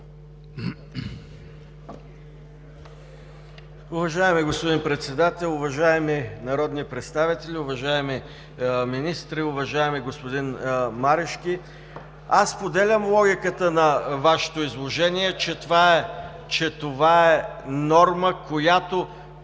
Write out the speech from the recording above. Уважаеми господин Председател, уважаеми народни представители, уважаеми министри, уважаеми господин Марешки! Споделям логиката на Вашето изложение, че това е норма, която